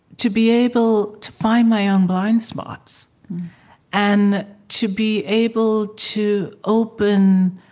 to be able to find my own blind spots and to be able to open